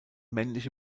männliche